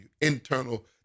Internal